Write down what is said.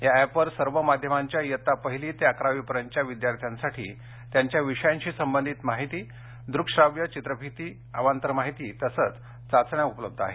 या ऍपवर सर्व माध्यमांच्या इयत्ता पहिली ते अकरावीपर्यंतच्या विद्यार्थ्यांसाठी त्यांच्या विषयांशी संबंधित माहिती दूकश्राव्य चित्रफीती अवांतर माहिती तसंच चाचण्या उपलब्ध आहेत